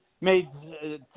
made